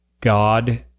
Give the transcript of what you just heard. God